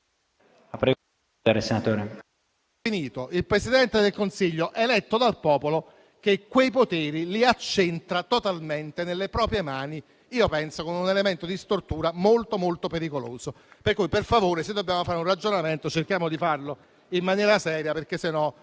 il Presidente del Consiglio eletto dal popolo, che quei poteri li accentra totalmente nelle proprie mani, a mio avviso con un elemento di stortura davvero molto pericoloso. Pertanto, per favore, se dobbiamo fare un ragionamento, cerchiamo di farlo in maniera seria, altrimenti